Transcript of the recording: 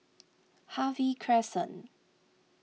Harvey Crescent